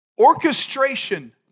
orchestration